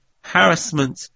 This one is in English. harassment